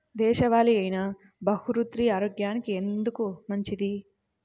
దేశవాలి అయినా బహ్రూతి ఆరోగ్యానికి ఎందుకు మంచిది?